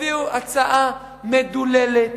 הביאו הצעה מדוללת,